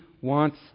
wants